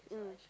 mm